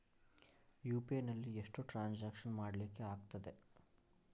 UPI ನಲ್ಲಿ ಎಷ್ಟು transaction ಮಾಡ್ಲಿಕ್ಕೆ ಆಗ್ತದೆ?